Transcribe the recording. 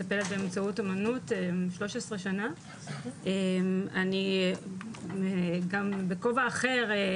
אני מטפלת באמצעות אומנות שלוש עשרה שנה וגם בכובע אחר,